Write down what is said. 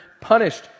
punished